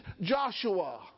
Joshua